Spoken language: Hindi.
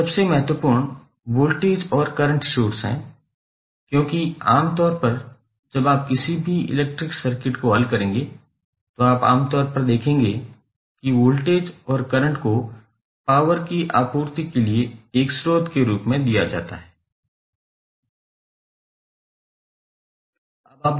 सबसे महत्वपूर्ण वोल्टेज और करंट स्रोत हैं क्योंकि आम तौर पर जब आप किसी भी इलेक्ट्रिक सर्किट को हल करेंगे तो आप आमतौर पर देखेंगे कि वोल्टेज और करंट को पॉवर की आपूर्ति के लिए एक स्रोत के रूप में दिया जाता है